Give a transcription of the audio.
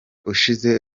ushize